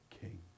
king